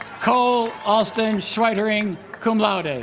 cole austin schwietering cum laude and